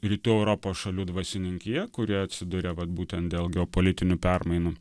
rytų europos šalių dvasininkija kuri atsiduria vat būtent dėl geopolitinių permainų